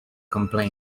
complained